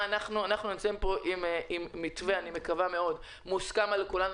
אנחנו נמצאים פה עם מתווה אני מקווה מאוד שמוסכם על כולנו,